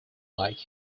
like